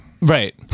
Right